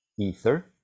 ether